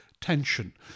tension